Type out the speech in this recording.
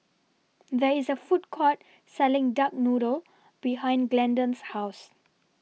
There IS A Food Court Selling Duck Noodle behind Glendon's House